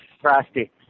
Frosty